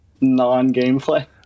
non-gameplay